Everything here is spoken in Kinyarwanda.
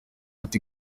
ati